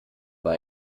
war